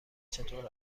چطور